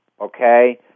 okay